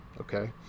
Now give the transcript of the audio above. okay